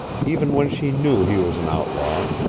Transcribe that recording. even when she knew he was an outlaw,